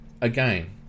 again